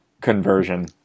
conversion